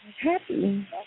happy